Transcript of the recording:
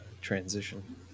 transition